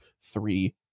three